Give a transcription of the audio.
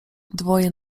dwoje